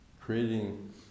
creating